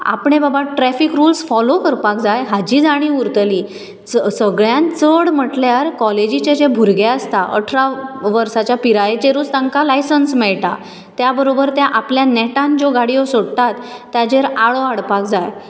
आपणे बाबा traffic rules follow करपाक जाय हाची जाणीव उरतली सगळ्यान चड म्हटल्यार कॉलेजीचे जे भुरगें आसता अठरा वर्साच्या पिरायेचेरुच तांकां लायसन्स मेळटा त्या बरोबर ते आपले नेटान ज्यो गाडयो सोडटात ताजेर आळो हाडपाक जाय